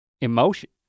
emotion